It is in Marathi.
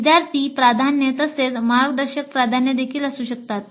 विद्यार्थी प्राधान्ये तसेच मार्गदर्शक प्राधान्ये देखील असू शकतात